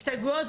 הסתייגויות,